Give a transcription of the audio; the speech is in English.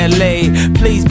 Please